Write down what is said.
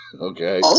Okay